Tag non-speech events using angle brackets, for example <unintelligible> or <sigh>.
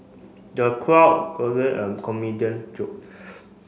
the crowd <unintelligible> at the comedian joke